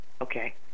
Okay